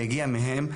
זה הגיע מהם,